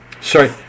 Sorry